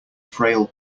frail